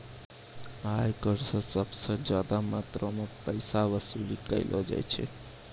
आयकर स सबस ज्यादा मात्रा म पैसा वसूली कयलो जाय छै